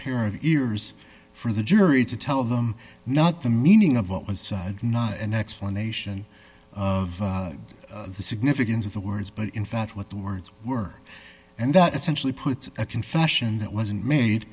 pair of ears for the jury to tell them not the meaning of what was side not an explanation of the significance of the words but in fact what the words were and that essentially puts a confession that wasn't ma